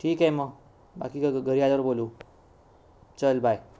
ठीक आहे मग बाकी घरी आल्यावर बोलू चल बाय